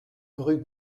rue